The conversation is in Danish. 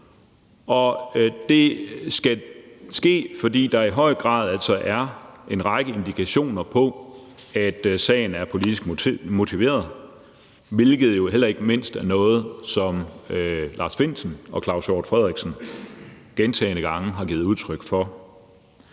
Det skal ske, fordi der altså i høj grad er en række indikationer på, at sagen er politisk motiveret, hvilket jo heller ikke mindst er noget, som Lars Findsen og Claus Hjort Frederiksen gentagne gange har givet udtryk for.